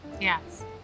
Yes